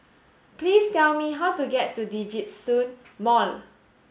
please tell me how to get to Djitsun Mall